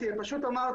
לנושא.